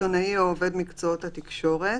(6)עיתונאי או עובד מקצועות התקשורת,"